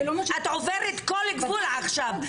את עוברת כל גבול עכשיו.